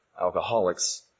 alcoholics